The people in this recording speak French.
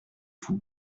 vous